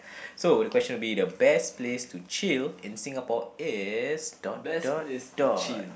so the question will be the best place to chill in Singapore is dot dot dot